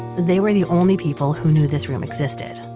they were the only people who knew this room existed.